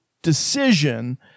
decision